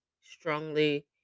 strongly